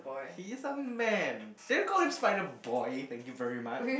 he is a man then we call him spider boy thank you very much